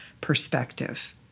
perspective